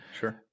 sure